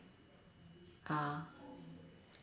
uh